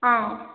ஆ